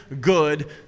good